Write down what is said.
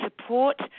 support